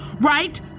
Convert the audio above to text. right